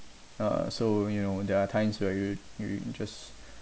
uh so you know there are times where you you you just